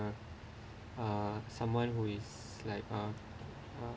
uh someone who is like uh uh